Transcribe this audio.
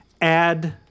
add